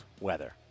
weather